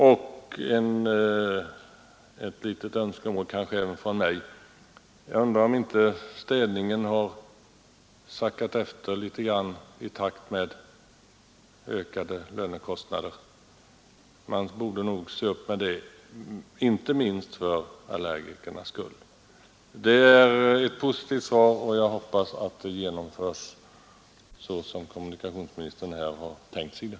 Och så ett litet önskemål även från mig: Jag undrar om inte städningen har sackat efter litet i takt med ökade lönekostnader. Man borde nog se upp med det, inte minst för allergikernas skull. Svaret är emellertid positivt, och jag hoppas att ändringarna genomförs så snabbt som möjligt.